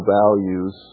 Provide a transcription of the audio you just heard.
values